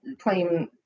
playing